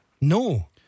No